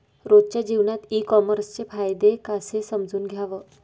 रोजच्या जीवनात ई कामर्सचे फायदे कसे समजून घ्याव?